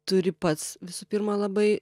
turi pats visų pirma labai